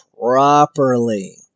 properly